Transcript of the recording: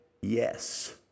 yes